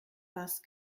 parce